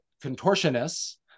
contortionists